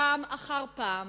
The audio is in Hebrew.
פעם אחר פעם,